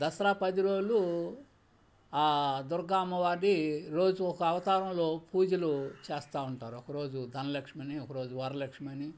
దసరా పది రోజులు దుర్గా అమ్మ వారిని రోజు ఒక అవతారంలో పూజలు చేస్తూ ఉంటారు ఒకరోజు ధన లక్ష్మనీ ఒకరోజు వరలక్ష్మనీ